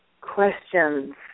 Questions